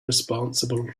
responsible